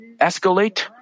escalate